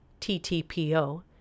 TTPO